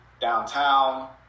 downtown